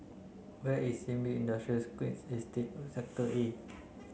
where is Sin Ming Industrial Estate of Sector A